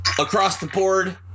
across-the-board